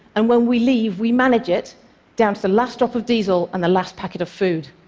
and when we leave we manage it down to the last drop of diesel and the last packet of food.